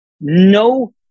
no